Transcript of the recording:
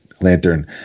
Lantern